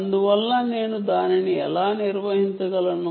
అందువల్ల నేను దానిని ఎలా నిర్వహించగలను